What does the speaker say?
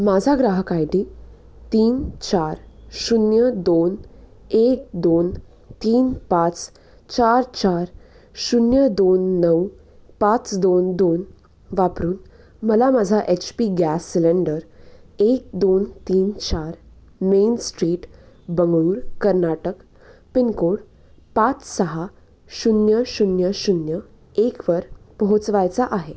माझा ग्राहक I D तीन चार शून्य दोन एक दोन तीन पाच चार चार शून्य दोन नऊ पाच दोन दोन वापरून मला माझा एच पी गॅस सिलेंडर एक दोन तीन चार main street Bengaluru Karnataka pincode पाच सहा शून्य शून्य शून्य एकवर पोहोचवायचा आहे